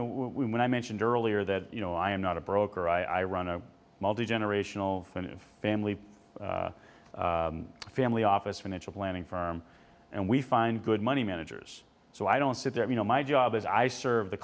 e when i mentioned earlier that you know i am not a broker i run a multigenerational family a family office financial planning firm and we find good money managers so i don't sit there you know my job is i serve the